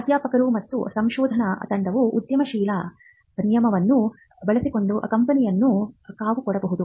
ಪ್ರಾಧ್ಯಾಪಕರು ಮತ್ತು ಸಂಶೋಧನಾ ತಂಡವು ಉದ್ಯಮಶೀಲತಾ ನಿಯಮವನ್ನು ಬಳಸಿಕೊಂಡು ಕಂಪನಿಯನ್ನು ಕಾವುಕೊಡಬಹುದು